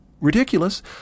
ridiculous